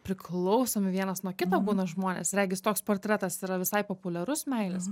priklausomi vienas nuo kito būna žmonės regis toks portretas yra visai populiarus meilės